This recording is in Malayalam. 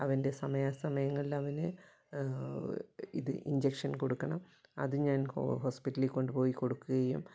അവന്റെ സമയാസമയങ്ങളിലവന് ഇത് ഇൻജെക്ഷൻ കൊടുക്കണം അത് ഞാൻ ഹോ ഹോസ്പിറ്റലി കൊണ്ടുപോയി കൊടുക്കുകയും